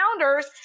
founders